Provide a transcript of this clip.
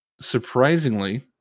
surprisingly